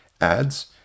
ads